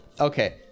Okay